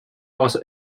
also